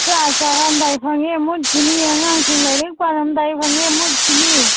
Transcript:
ꯆꯥꯛ ꯆꯥꯔꯝꯗꯥꯏ ꯐꯪꯉꯦ ꯃꯨꯠꯈꯤꯅꯤ ꯑꯉꯥꯡꯁꯤꯡ ꯂꯥꯏꯔꯤꯛ ꯄꯥꯔꯝꯗꯥꯏ ꯐꯪꯉꯦ ꯃꯨꯠꯈꯤꯅꯤ